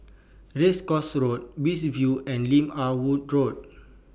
Race Course Road Beach View and Lim Ah Woo Road